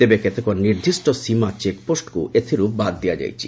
ତେବେ କେତେକ ନିର୍ଦ୍ଦିଷ୍ଟ ସୀମା ଚେକ୍ପୋଷ୍ଟକୁ ଏଥ୍ରର୍ ବାଦ୍ ଦିଆଯାଇଛି